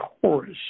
chorus